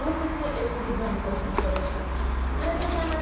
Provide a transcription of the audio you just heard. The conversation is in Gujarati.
બુક છે એ ખરીદવાનું પસંદ કરો છો અને તમને આમાં